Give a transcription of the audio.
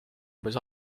was